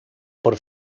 por